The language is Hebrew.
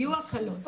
יהיו הקלות.